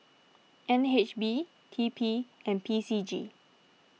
N H B T P and P C G